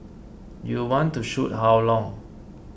you want to shoot how long